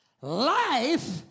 life